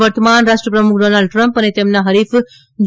વર્તમાન રાષ્ટ્રપ્રમુખ Donald Trump અને તેમના હરીફ જો